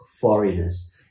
foreigners